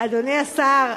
אדוני השר,